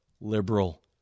liberal